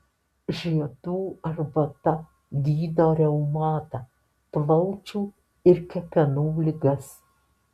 žiedų arbata gydo reumatą plaučių ir kepenų ligas